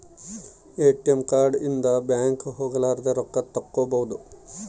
ATM card ಇಂದ bank ಹೋಗಲಾರದ ರೊಕ್ಕ ತಕ್ಕ್ಕೊಬೊದು